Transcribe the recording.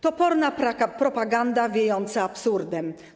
Toporna propaganda wiejąca absurdem.